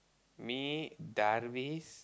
me Darvis